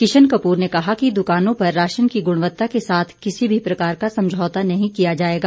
किशन कपूर ने कहा कि दुकानों पर राशन की गुणवत्ता के साथ किसी भी प्रकार का समझौता नहीं किया जाएगा